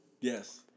Yes